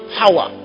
power